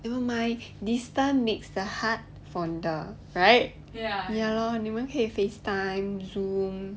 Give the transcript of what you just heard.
never mind this time makes the heart for the right ya ya lo 你们可以 face time zoom